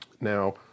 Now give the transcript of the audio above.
Now